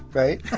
right? i